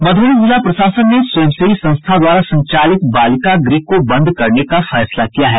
मधुबनी जिला प्रशासन ने स्वयंसेवी संस्था द्वारा संचालित बालिका गृह को बंद करने का फैसला किया है